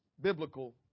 biblical